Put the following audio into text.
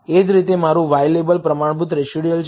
એ જ રીતે મારું y લેબલ પ્રમાણભૂત રેસિડયુઅલ છે